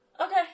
Okay